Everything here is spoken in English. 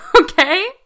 okay